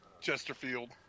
Chesterfield